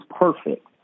perfect